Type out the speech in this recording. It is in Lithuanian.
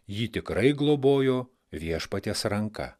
jį tikrai globojo viešpaties ranka